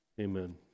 amen